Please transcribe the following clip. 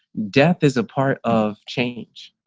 death is a part of change.